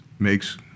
makes